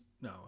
No